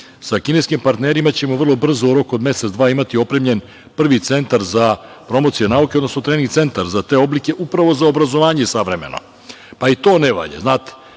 kineskim partnerima ćemo vrlo brzo u roku od mesec-dva imati opremljen prvi centar za promocije nauke, odnosno trening centar za te oblike, upravo za obrazovanje savremeno. Pa i to ne valja, znate.